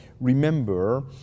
Remember